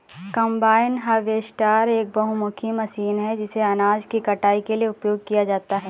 combine harvester एक बहुमुखी machine है जिसे अनाज की कटाई के लिए उपयोग किया जाता है